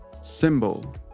Symbol